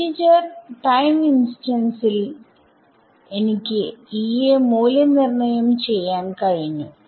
integer time ഇൻസ്റ്റൻസിൽ എനിക്ക് E യെ മൂല്യനിർണ്ണയം ചെയ്യാൻ കഴിഞ്ഞു